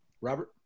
Robert